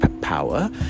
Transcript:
power